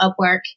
Upwork